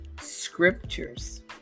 scriptures